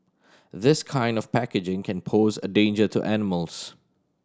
this kind of packaging can pose a danger to animals